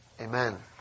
Amen